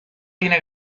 tiene